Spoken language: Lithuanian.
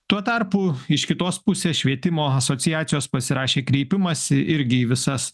tuo tarpu iš kitos pusės švietimo asociacijos pasirašė kreipimąsi irgi į visas